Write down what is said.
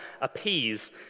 appease